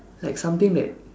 like something that